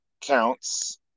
counts